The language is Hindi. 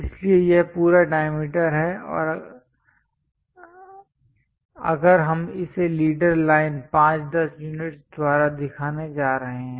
इसलिए यह पूरा डायमीटर है अगर हम इसे लीडर लाइन 5 10 यूनिट्स द्वारा दिखाने जा रहे हैं